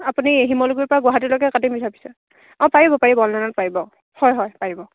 আপুনি শিমলুগুৰিৰ পৰা গুৱাহাটীলৈকে কাটিম বুলি ভাবিছে অঁ পাৰিব পাৰিব অনলাইনত পাৰিব হয় হয় পাৰিব